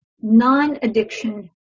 non-addiction